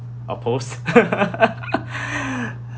a post